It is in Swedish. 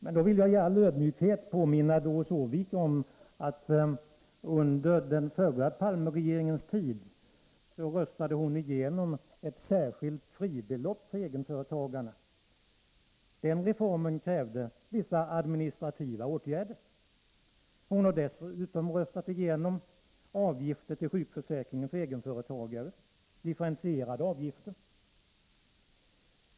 Men då vill jag i all ödmjukhet påminna Doris Håvik om att hon under den förra Palmeregeringens tid röstade igenom ett särskilt fribelopp för egenföretagarna. Den reformen krävde vissa administrativa åtgärder. Hon har dessutom röstat igenom differentierade avgifter till sjukförsäkringen för egenföretagare.